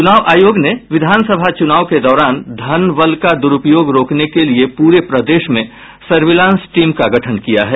चुनाव आयोग ने विधानसभा चुनाव के दौरान धन बल का दुरूपयोग रोकने के लिये पूरे प्रदेश में सर्विसलांस टीम का गठन किया है